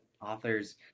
authors